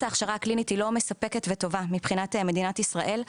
ההכשרה הקלינית היא לא מספקת וטובה מבחינת מדינת ישראל,